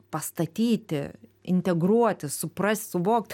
pastatyti integruotis suprast suvokt